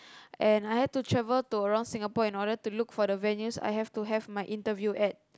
and I had to travel to around Singapore in order to look for the venues I have to have my interview at